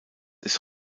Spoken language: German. ist